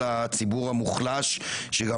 בעיקר השלכות על הציבור המוחלש שגם